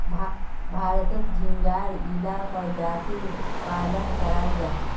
भारतोत झिंगार इला परजातीर पालन कराल जाहा